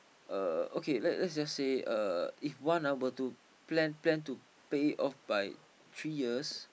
uh okay lets just say uh if one ah were to plan plan to pay off by three years